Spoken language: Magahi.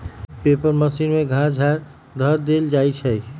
पेपर मशीन में घास झाड़ ध देल जाइ छइ